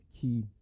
key